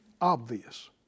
obvious